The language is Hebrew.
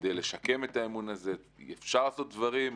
כדי לשקם את האמון הזה אפשר לעשות דברים.